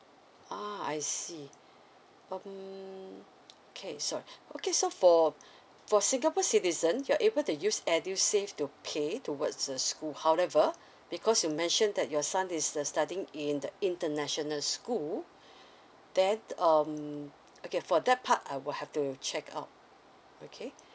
ah I see um okay sorry okay so for for singapore citizen you are able to use edusave to pay towards a school however because you mentioned that your son is uh studying in the international school then um okay for that part I will have to check out okay